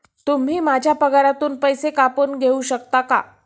तुम्ही माझ्या पगारातून पैसे कापून घेऊ शकता का?